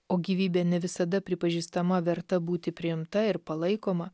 o gyvybė ne visada pripažįstama verta būti priimta ir palaikoma